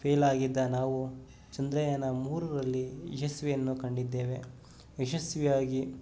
ಫೇಲಾಗಿದ್ದ ನಾವು ಚಂದ್ರಯಾನ ಮೂರರಲ್ಲಿ ಯಶಸ್ವಿಯನ್ನು ಕಂಡಿದ್ದೇವೆ ಯಶಸ್ವಿಯಾಗಿ